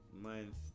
month